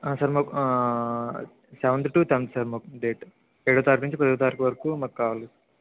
sir మాకు seventh to tenth sir మాకు date ఏడో తారీకు నుంచి పదో తారీకు వరకు మాకు కావాలి